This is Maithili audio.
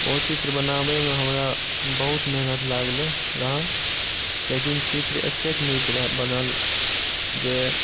ओ चित्र बनाबैमे हमरा बहुत मेहनत लागलै रहय लेकिन चित्र एतेक नीक रहै बनल जे